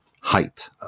height